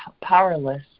powerless